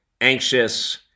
anxious